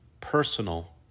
personal